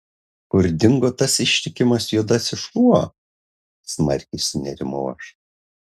kur dingo tas ištikimas juodasis šuo smarkiai sunerimau aš